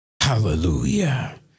Hallelujah